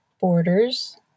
borders